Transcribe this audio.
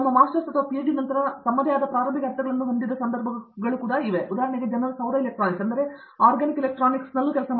ತಮ್ಮ ಮಾಸ್ಟರ್ಸ್ ಅಥವಾ ಪಿಹೆಚ್ಡಿ ನಂತರ ತಮ್ಮದೇ ಆದ ಪ್ರಾರಂಭಿಕ ಹಂತಗಳನ್ನು ಹೊಂದಿದ ಸಂದರ್ಭಗಳು ಕೂಡಾ ಇವೆ ಜನರು ಉದಾಹರಣೆಗೆ ಸೌರ ಎಲೆಕ್ಟ್ರಾನಿಕ್ಸ್ ಅಂದರೆ ಆರ್ಗ್ಯಾನಿಕ್ ಎಲೆಕ್ಟ್ರಾನಿಕ್ಸ್ ಎಂದರ್ಥ